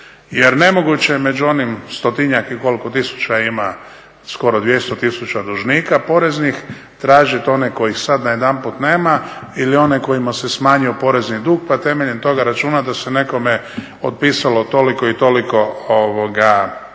Jer nemoguće je među onim 100-tinjak i koliko tisuća ima, skoro 200 tisuća dužnika poreznih, tražit one kojih sad najedanput nema ili one kojima se smanjio porezni dug pa temeljem toga računa da se nekome otpisalo toliko i toliko milijuna